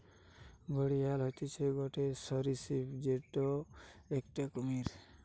ঘড়িয়াল হতিছে গটে সরীসৃপ যেটো একটি কুমির